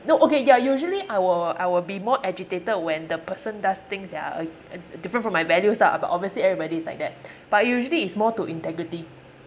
no okay ya usually I will I will be more agitated when the person does things that are a~ different from my values ah but obviously everybody is like that but usually it's more to integrity